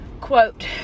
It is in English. quote